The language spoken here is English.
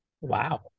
wow